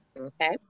Okay